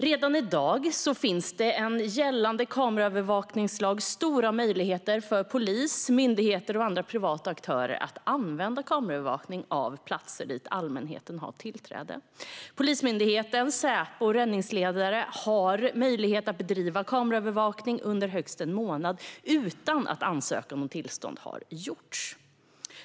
Redan i dag finns det enligt gällande kameraövervakningslag stora möjligheter för polis, myndigheter och andra privata aktörer att använda kameraövervakning av platser dit allmänheten har tillträde. Polismyndigheten, Säpo eller räddningsledare har möjlighet att bedriva kameraövervakning under högst en månad utan att ansökan om tillstånd har gjorts.